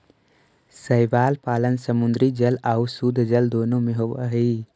शैवाल पालन समुद्री जल आउ शुद्धजल दोनों में होब हई